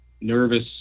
nervous